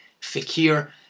Fakir